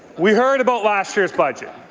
we heard about last year's budget.